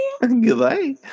Goodbye